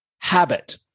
Habit